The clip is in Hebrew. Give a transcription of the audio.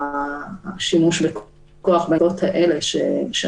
השימוש בכוח בעברות האלו בוודאי מעורר קושי.